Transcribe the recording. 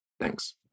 Thanks